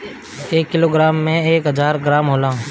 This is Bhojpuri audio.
एक किलोग्राम में एक हजार ग्राम होला